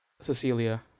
Cecilia